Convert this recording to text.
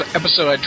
episode